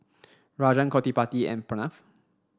Rajan Gottipati and Pranav